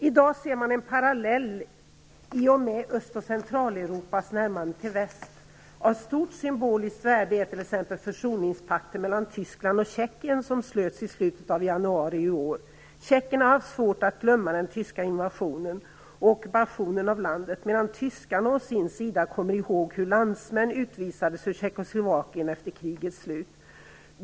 I dag ser man en parallell i och med Öst och Centraleuropas närmande till väst. Av stort symboliskt värde är t.ex. försoningspakten mellan Tyskland och Tjeckien som slöts i slutet av januari i år. Tjeckerna har haft svårt att glömma den tyska invasionen och ockupationen av landet, medan tyskarna å sin sida kommer ihåg hur landsmän utvisades ur Tjeckoslovakien efter krigets slut.